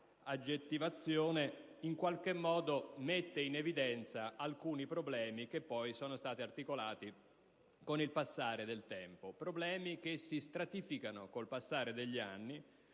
questa sua aggettivazione, in qualche modo, mette in evidenza alcuni problemi che poi si sono venuti ad articolare con il passare del tempo. Tali problemi si stratificano con il passare degli anni,